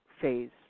phase